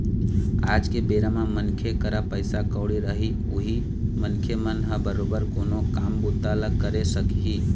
आज के बेरा म मनखे करा पइसा कउड़ी रही उहीं मनखे मन ह बरोबर कोनो काम बूता ल करे सकही